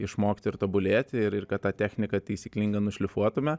išmokti ir tobulėti ir ir kad tą techniką taisyklingą nušlifuotume